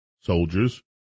soldiers